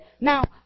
Now